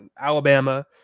Alabama